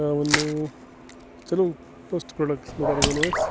کیٛاہ وَنو چلو فٔسٹ پرٛوٚڈَکٹَس مُتعلِق وَنو أسۍ